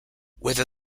whether